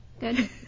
Good